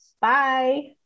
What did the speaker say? Bye